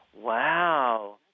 Wow